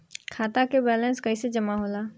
खाता के वैंलेस कइसे जमा होला?